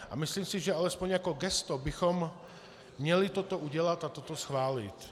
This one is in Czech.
A myslím si, že alespoň jako gesto bychom měli toto udělat a toto schválit.